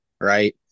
right